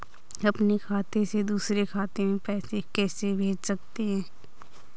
अपने खाते से दूसरे खाते में पैसे कैसे भेज सकते हैं?